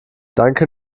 danke